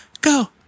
go